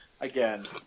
again